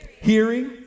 hearing